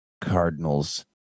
Cardinals